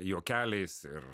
juokeliais ir